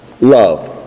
love